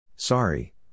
Sorry